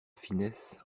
finesse